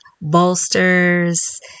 bolsters